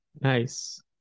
Nice